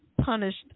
punished